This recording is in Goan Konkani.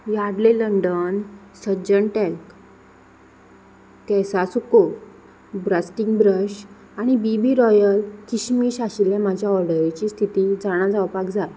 लाडले लंडण सजण टॅल्क केसाचो कोर्ट ब्रास्टींग ब्रश आनी बीबी रॉयल किशमीश आशिल्ल्या म्हज्या ऑर्डरीची स्थिती जाणा जावपाक जाय